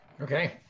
Okay